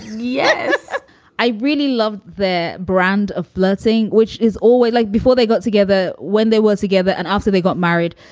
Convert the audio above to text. yeah i really love the brand of flirting, which is always like before they got together, when they were together and after they got married.